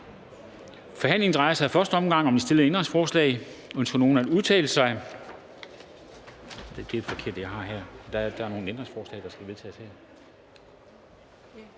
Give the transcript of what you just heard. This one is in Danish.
Forhandlingen drejer sig i første omgang om de stillede ændringsforslag.